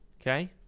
okay